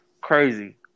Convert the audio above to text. Crazy